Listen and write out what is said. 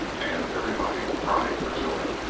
and everybody cried for joy.